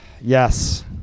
Yes